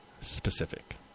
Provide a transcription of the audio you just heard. specific